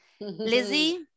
Lizzie